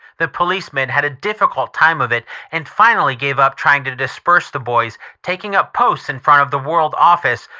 the policemen had a difficult time of it and finally gave up trying to disperse the boys, taking up posts in front of the world office,